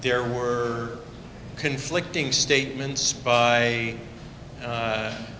there were conflicting statements by